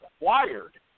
acquired